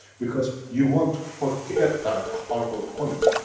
because you want to forget that horrible point.